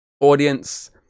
Audience